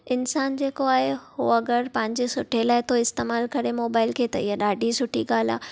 इन्सानु जेको आहे हू अगरि पंहिंजे सुठे लाइ थो इस्तेमालु करे मोबाइल खे त इहा ॾाढी सुठी ॻाल्हि आहे